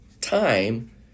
time